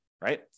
right